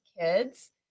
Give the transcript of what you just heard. kids